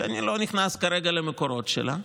שאני לא נכנס כרגע למקורות שלה,